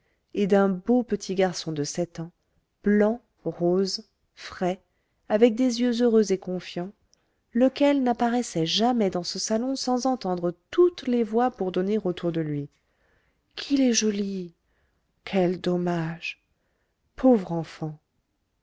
et d'un beau petit garçon de sept ans blanc rose frais avec des yeux heureux et confiants lequel n'apparaissait jamais dans ce salon sans entendre toutes les voix bourdonner autour de lui qu'il est joli quel dommage pauvre enfant